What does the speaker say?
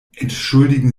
entschuldigen